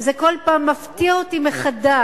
זה כל פעם מפתיע אותי מחדש,